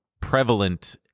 prevalent